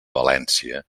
valència